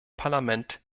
parlament